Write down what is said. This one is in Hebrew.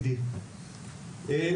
יותר חמור מזה,